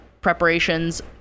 preparations